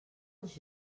els